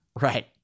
Right